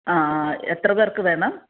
ആ ആ എത്രപേർക്ക് വേണം